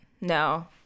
no